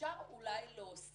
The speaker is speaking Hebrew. אפשר אולי להוסיף